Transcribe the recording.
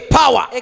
power